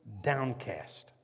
downcast